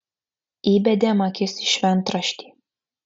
įbedėm akis į šventraštį